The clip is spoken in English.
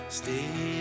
stay